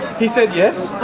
he said yes.